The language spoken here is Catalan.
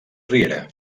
riera